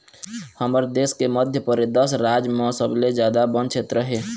हमर देश के मध्यपरेदस राज म सबले जादा बन छेत्र हे